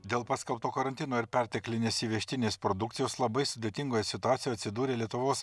dėl paskelbto karantino ir perteklinės įvežtinės produkcijos labai sudėtingoj situacijoje atsidūrė lietuvos